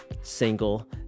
single